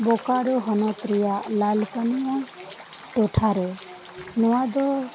ᱵᱚᱠᱟᱨᱳ ᱦᱚᱱᱚᱛ ᱨᱮᱭᱟᱜ ᱞᱟᱞᱠᱟᱹᱱᱤᱭᱟ ᱴᱚᱴᱷᱟᱨᱮ ᱱᱚᱣᱟ ᱫᱚ